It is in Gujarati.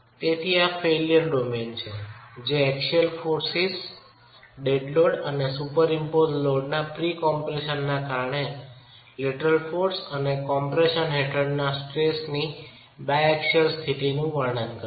તેથી આ ફેઇલ્યર ડોમેન છે જે એક્સિયલ દળોના ડેડ લોડ અને સુપરિમ્પોઝ્ડ લોડ્સના પ્રી કમ્પ્રેશનને કારણે લેટરલ બળ અને કમ્પ્રેશન હેઠળ સ્ટ્રેસની બાયએક્સિયલ સ્થિતિનું વર્ણન કરે છે